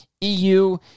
EU